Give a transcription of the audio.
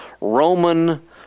Roman